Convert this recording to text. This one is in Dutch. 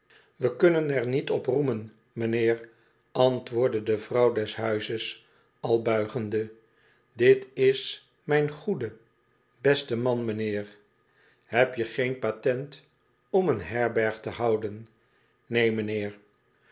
we kunnen er niet op roemen m'nheer antwoordde de vrouw des huizes al buigende dit is mijn goeie beste man m'nheer heb je geen patent om een herberg te houden neen